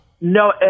No